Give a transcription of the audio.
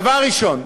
דבר ראשון.